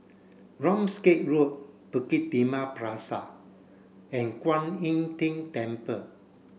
Ramsgate Road Bukit Timah Plaza and Kuan Im Tng Temple